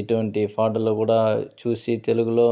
ఇటువంటి ఫాటలు కూడా చూసి తెలుగులో